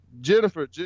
Jennifer